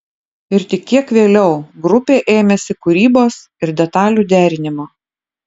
ir tik kiek vėliau grupė ėmėsi kūrybos ir detalių derinimo